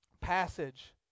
passage